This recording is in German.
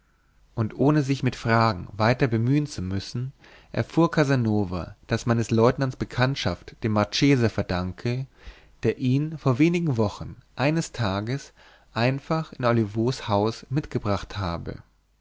und ohne sich mit fragen weiter bemühen zu müssen erfuhr casanova daß man des leutnants bekanntschaft dem marchese verdanke der ihn vor wenigen wochen eines tages einfach in olivos haus mitgebracht habe